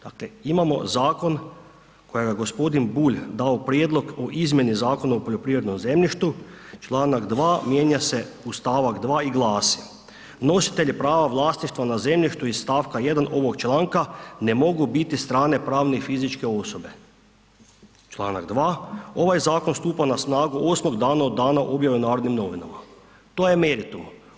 Znate, imao zakon koji je g. Bulj dao prijedlog o izmijeni Zakona o poljoprivrednom zemljištu, čl. 2 mijenja se u st. 2 i glasi: „Nositelji prava vlasništva na zemljištu iz st. 1. ovog članka ne mogu biti strane pravne i fizičke osobe.“ Čl. 2.: “ Ovaj zakon stupa na snagu 8. dana od dana objave u Narodnim novinama.“ To je meritum.